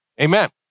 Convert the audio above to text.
Amen